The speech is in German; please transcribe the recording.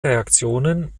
reaktionen